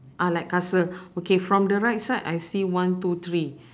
ah like castle okay from the right side I see one two three